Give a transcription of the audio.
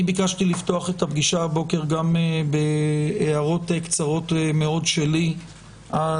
אני ביקשתי לפתוח את הפגישה הבוקר גם בהערות קצרות מאוד שלי על